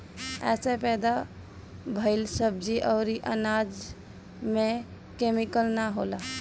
एसे पैदा भइल सब्जी अउरी अनाज में केमिकल ना होला